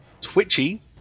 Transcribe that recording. Twitchy